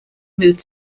moved